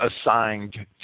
assigned